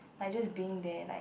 like just being there like